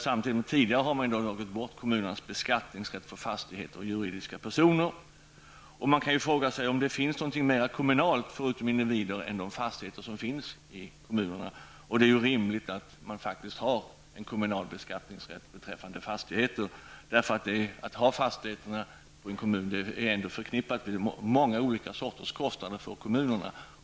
Vidare har man dragit bort kommunernas beskattningsrätt beträffande fastigheter och juridiska personer. Man kan fråga sig om det finns något mera kommunalt förutom invånarna än de fastigheter som finns i kommunerna. Det är rimligt att kommunerna får beskattningsrätt beträffande fastigheter. Att ha fastigheter i en kommun är förknippat med många olika sorters kostnader för kommunen.